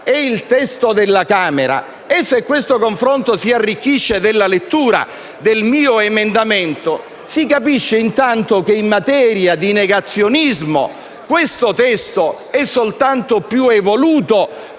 e il testo della Camera - e se questo confronto si arricchisce della lettura del mio emendamento, si capisce che in materia di negazionismo questo testo è soltanto più evoluto,